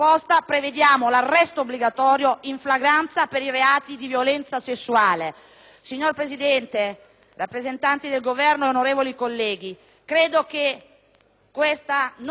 rappresentanti del Governo, onorevoli colleghi, credo che questa non sia una soluzione, però penso che abbiamo il dovere, una volta tanto,